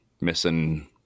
missing